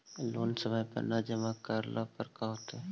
Loan समय पर न जमा करला पर का होतइ?